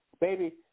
Baby